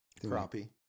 Crappie